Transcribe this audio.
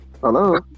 Hello